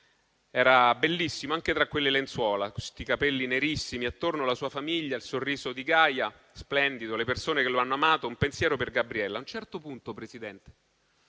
Era bellissimo, anche tra quelle lenzuola, con i capelli nerissimi. Attorno la sua famiglia; lo splendido sorriso di Gaia e le persone che lo hanno amato. Un pensiero va a Gabriella. A un certo punto, Presidente,